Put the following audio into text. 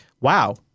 Wow